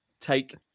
take